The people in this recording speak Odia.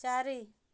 ଚାରି